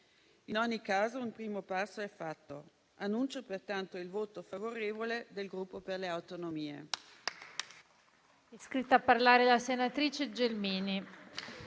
In ogni caso, un primo passo è fatto. Annuncio pertanto il voto favorevole del Gruppo Per le Autonomie.